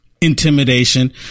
intimidation